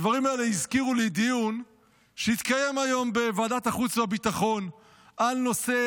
הדברים האלה הזכירו לי דיון שהתקיים היום בוועדת החוץ והביטחון על נושא